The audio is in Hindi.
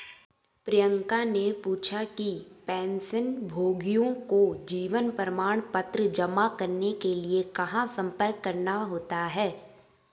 प्रियंका ने पूछा कि पेंशनभोगियों को जीवन प्रमाण पत्र जमा करने के लिए कहाँ संपर्क करना होता है?